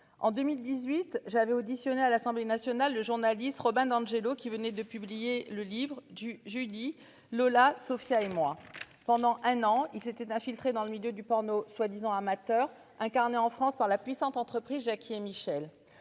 en 2018, j'avais auditionné à l'Assemblée nationale, le journaliste Robin d'Angelo qui venait de publier le livre du jeudi. Lola Sofia et moi pendant un an il s'était infiltré dans le milieu du porno soi-disant amateur incarné en France par la puissante entreprise Jacky et Michel